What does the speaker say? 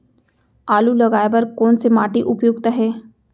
आलू लगाय बर कोन से माटी उपयुक्त हे?